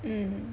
mm